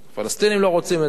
הפלסטינים לא רוצים את זה,